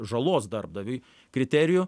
žalos darbdaviui kriterijų